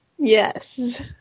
Yes